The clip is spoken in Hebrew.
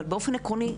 אבל באופן עקרוני,